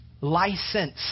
license